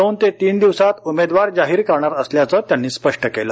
दोन ते तीन दिवसात उमेदवार जाहीर करणार असल्याचं त्यांनी स्पष्ट केलं